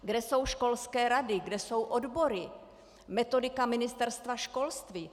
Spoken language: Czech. Kde jsou školské rady, kde jsou odbory, metodika Ministerstva školství?